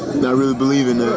i really believe in that.